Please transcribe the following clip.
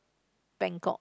Bangkok